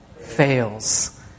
Fails